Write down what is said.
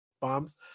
bombs